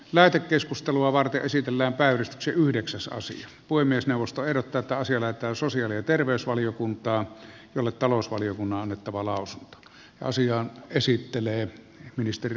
lähetä keskustelua varten esitellään väyrys yhdeksäs osia voi myös neuvosto ehdottaa taas ymmärtää sosiaali ja terveysvaliokuntaan jolle talousvaliokunnan on annettava lausunto